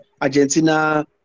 Argentina